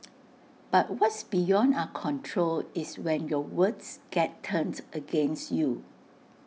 but what's beyond are control is when your words get turned against you